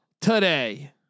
today